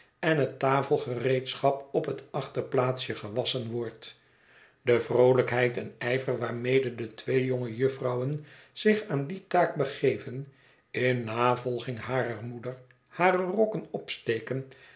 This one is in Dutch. en het tafelgereedschap op het achterplaatsje gewasschen wordt de vroolijkheid en ijver waarmede de twee jonge jufvrouwen zich aan die taak begeven in navolging harer moeder hare rokken opsteken